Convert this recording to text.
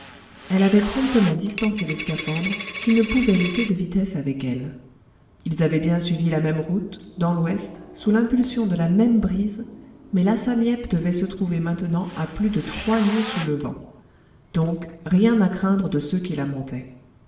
elle avait promptement distancé les scaphandres qui ne pouvaient lutter de vitesse avec elle ils avaient bien suivi la même route dans l'ouest sous l'impulsion de la même brise mais la sam yep devait se trouver maintenant à plus de trois lieues sous le vent donc rien à craindre de ceux qui la montaient